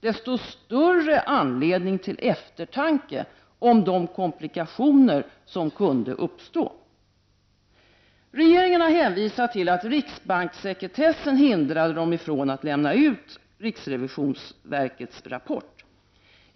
Desto större anledning till eftertanke om de komplikationer som kunde uppstå. Regeringen har hänvisat till att riksbankssekretessen hindrade den från att lämna ut riksrevisionsverkets rapport.